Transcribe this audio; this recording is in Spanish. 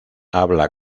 habla